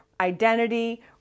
identity